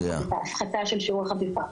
הפחתה של שיעור החפיפה.